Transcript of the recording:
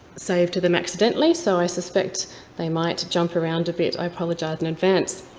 saved to them accidentally, so i suspect they might jump around a bit, i apologize in advance.